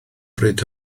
bryd